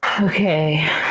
Okay